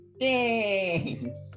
Thanks